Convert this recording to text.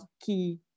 key